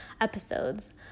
episodes